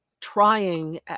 trying